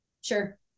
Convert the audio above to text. Sure